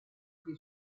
per